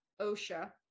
osha